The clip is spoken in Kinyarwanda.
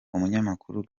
umunyamakuru